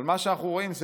אבל מה שאנחנו רואים,